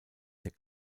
der